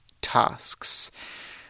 tasks